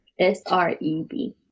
SREB